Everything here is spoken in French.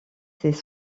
ses